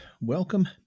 welcome